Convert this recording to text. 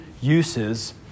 uses